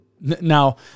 Now